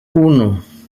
uno